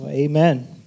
Amen